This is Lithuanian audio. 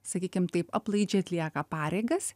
sakykim taip aplaidžiai atlieka pareigas